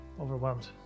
Overwhelmed